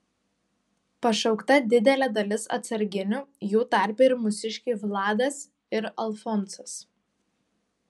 pašaukta didelė dalis atsarginių jų tarpe ir mūsiškiai vladas ir alfonsas